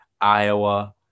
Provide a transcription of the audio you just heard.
Iowa